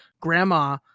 grandma